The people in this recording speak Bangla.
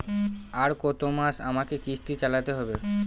আর কতমাস আমাকে কিস্তি চালাতে হবে?